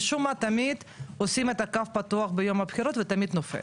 משום מה תמיד עושים את הקו פתוח ביום הבחירות ותמיד נופל,